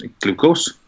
glucose